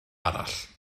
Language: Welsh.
arall